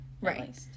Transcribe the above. Right